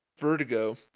Vertigo